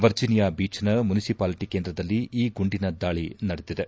Virginia ಬೀಚ್ನ municipality ಕೇಂದ್ರದಲ್ಲಿ ಈ ಗುಂಡಿನ ದಾಳಿ ನಡೆದಿದೆ